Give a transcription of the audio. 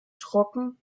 trocken